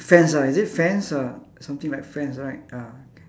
fence ah is it fence ah something like fence right ah K